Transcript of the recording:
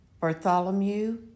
Bartholomew